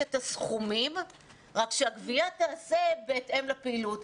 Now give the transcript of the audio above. את הסכומים אלא שהגבייה תיעשה בהתאם לפעילות.